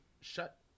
shut